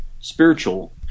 spiritual